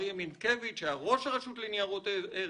אריה מנקביץ, שהיה ראש הרשות לניירות ערך,